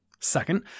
Second